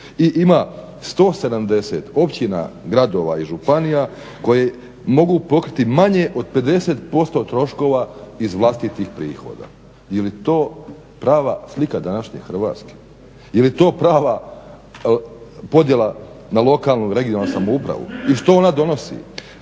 i ima 170 općina, gradova i županija koje mogu pokriti manje od 50% troškova iz vlastitih prihoda. Je li to prava slika današnje Hrvatske? je li to prava podjela na lokalnu i regionalnu samoupravu? I što ona donosi?